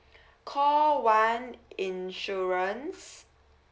call one insurance